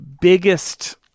biggest